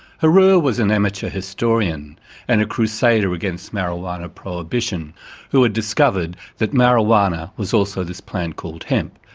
herer was an amateur historian and a crusader against marijuana prohibition who had discovered that marijuana was also this plant called hemp,